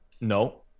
No